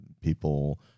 people